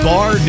Bar